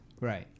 Right